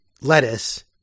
lettuce